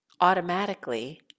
automatically